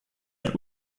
ein